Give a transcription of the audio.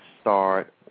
start